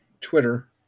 Twitter